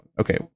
okay